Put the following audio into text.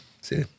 See